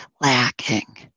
lacking